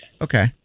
Okay